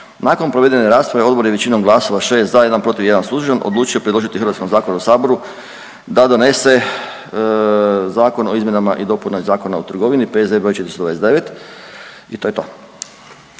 Nakon provedene rasprave odbor je većinom glasova 6 za, 1 protiv, 1 suzdržan odlučio predložiti HS-u da donese Zakon o izmjenama i dopuni Zakona o trgovini P.Z. br. 429. I to je to.